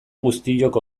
guztiok